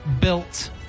built